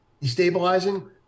destabilizing